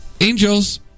Angels